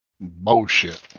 Bullshit